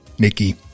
Nikki